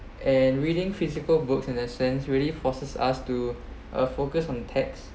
and reading physical books and that sense really forces us to uh focus on text